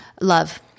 love